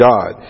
God